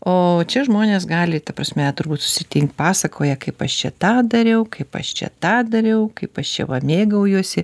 o čia žmonės gali ta prasme turbūt susitin pasakoja kaip aš čia tą dariau kaip aš čia tą dariau kaip aš čia va mėgaujuosi